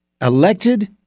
elected